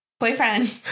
Boyfriend